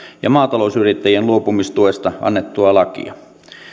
ja maatalousyrittäjien luopumistuesta annettua lakia